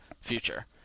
future